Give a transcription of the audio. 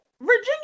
Virginia